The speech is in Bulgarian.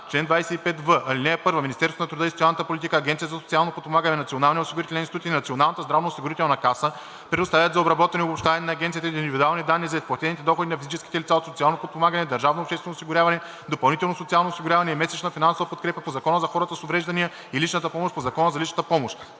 Чл. 25в. (1) Министерството на труда и социалната политика, Агенцията за социално подпомагане, Националният осигурителен институт и Националната здравноосигурителна каса предоставят за обработване и обобщаване на агенцията индивидуални данни за изплатени доходи на физическите лица от социално подпомагане, държавно обществено осигуряване, допълнително социално осигуряване и месечна финансова подкрепа по Закона за хората с увреждания, и личната помощ по Закона за личната помощ.